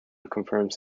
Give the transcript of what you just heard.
confirms